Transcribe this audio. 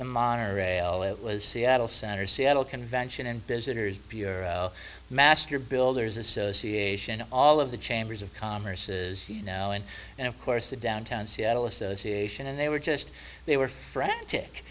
monorail it was seattle center seattle convention and visitors bureau master builders association all of the chambers of commerce is now in and of course the downtown seattle association and they were just they were frantic